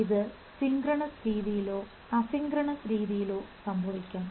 ഇത് സിക്രണസ് രീതിയിലോ അസിക്രണസ് രീതിയിലോ സംഭവിക്കാം